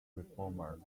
reformer